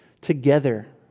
together